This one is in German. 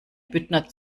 büttner